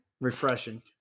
Refreshing